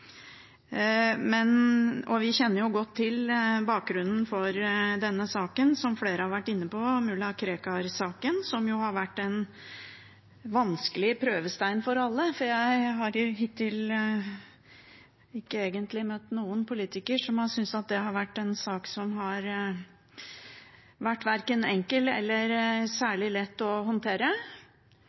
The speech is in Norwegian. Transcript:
Vi kjenner jo godt til bakgrunnen for denne saken, som flere har vært inne på, mulla Krekar-saken, som har vært en vanskelig prøvestein for alle, for jeg har hittil ikke egentlig møtt noen politikere som har syntes det har vært en sak som har vært enkel eller særlig lett å håndtere.